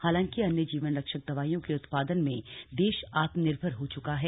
हालांकि अन्य जीवन रक्षक दवाइयों के उत्पादन में देश आत्मनिर्भर हो चुका है